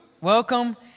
welcome